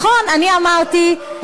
לא מוכנים,